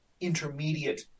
intermediate